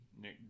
Nick